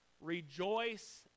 Rejoice